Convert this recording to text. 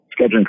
scheduling